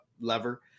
lever